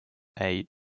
eight